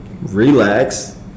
relax